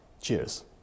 Cheers